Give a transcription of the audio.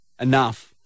enough